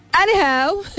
anyhow